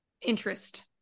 interest